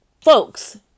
folks